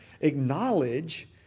acknowledge